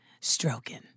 stroking